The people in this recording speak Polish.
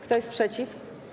Kto jest przeciw?